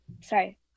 Sorry